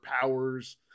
powers